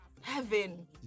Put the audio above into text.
heaven